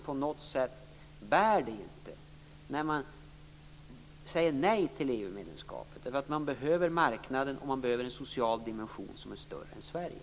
Man kan inte säga nej till EU-medlemskapet när man behöver marknaden och en social dimension som är större än Sverige.